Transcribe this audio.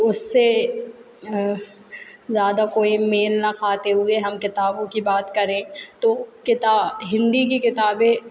उससे ज़्यादा कोई मेल न खाते हुए हम किताबों की बात करें तो किता हिंदी की किताबें